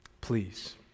please